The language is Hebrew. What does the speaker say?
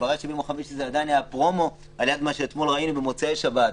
התברר שזה עדיין היה פרומו ךמה שראינו במוצאי שבת.